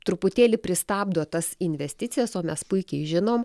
truputėlį pristabdo tas investicijas o mes puikiai žinom